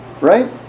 right